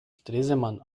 stresemann